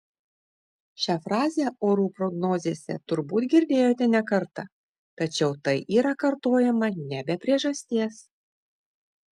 šią frazę orų prognozėse turbūt girdėjote ne kartą tačiau tai yra kartojama ne be priežasties